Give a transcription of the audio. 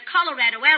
Colorado